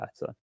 better